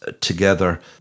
together